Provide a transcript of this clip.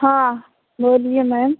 हाँ बोलिए मैम